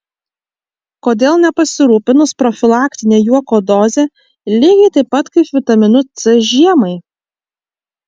kodėl nepasirūpinus profilaktine juoko doze lygiai taip pat kaip vitaminu c žiemai